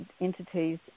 entities